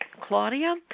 Claudia